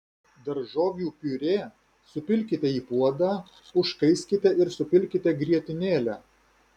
daržovių piurė supilkite į puodą užkaiskite ir supilkite grietinėlę